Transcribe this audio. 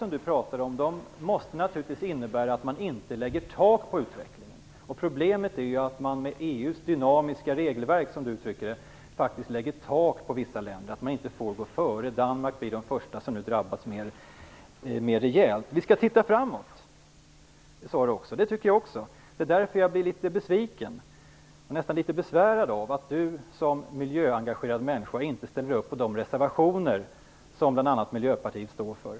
Men sådana måste naturligtvis innebära att man inte lägger tak på utvecklingen. Problemet är att man med EU:s dynamiska regelverk, som Lennart Daléus uttrycker det, lägger tak på för vissa länder. De får inte gå före. Danmark blir det första landet som nu drabbas mera rejält. Lennart Daléus säger att vi skall se framåt. Det tycker jag också. Det är därför jag blir litet besviken och nästan besvärad av att Lennart Daléus, som miljöengagerad människa, inte ställer upp på de reservationer som bl.a. Miljöpartiet står för.